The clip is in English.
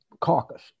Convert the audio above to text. caucus